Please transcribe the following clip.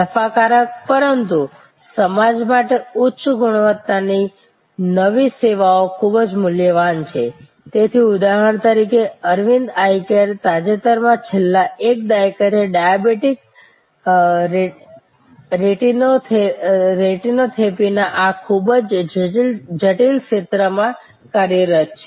નફાકારક પરંતુ સમાજ માટે ઉચ્ચ ગુણવત્તાની નવી સેવાઓ ખૂબ જ મૂલ્યવાન છે તેથી ઉદાહરણ તરીકે અરવિંદ આઈ કેર તાજેતરમાં છેલ્લા એક દાયકાથી ડાયાબિટીક રેટિનોપેથીના આ ખૂબ જ જટિલ ક્ષેત્રમાં કાર્યરત છે